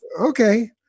Okay